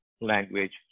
language